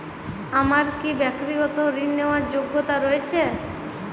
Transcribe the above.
আমার কী ব্যাক্তিগত ঋণ নেওয়ার যোগ্যতা রয়েছে?